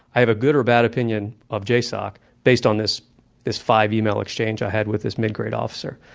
i have a good or bad opinion of jasoc based on this this five-email exchange i had with this mid-grade officer.